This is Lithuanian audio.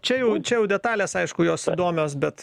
čia jau čia jaudetalės aišku jos įdomios bet